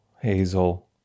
Hazel